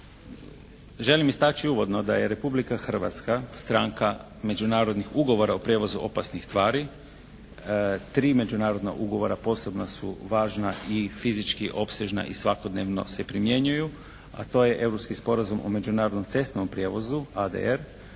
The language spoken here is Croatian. Želim istaći uvodno da je Republika Hrvatska stranka međunarodnih ugovora o prijevozu opasnih tvari. Tri međunarodna ugovora posebno su važna i fizički opsežna i svakodnevno se primjenjuju, a to je: Europski sporazum o međunarodnom cestovnom prijevozu, ADR,